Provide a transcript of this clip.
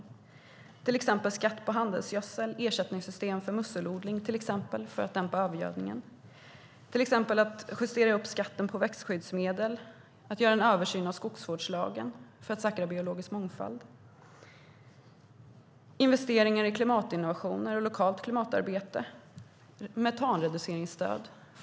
Det handlar till exempel om skatt på handelsgödsel, ersättningssystem för musselodling för att dämpa övergödningen, uppjustering av skatten på växtskyddsmedel, översyn av skogsvårdslagen för att säkra biologisk mångfald, investeringar i klimatinnovationer och lokalt klimatarbete och metanreduceringsstöd.